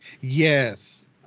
Yes